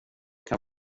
kan